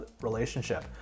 relationship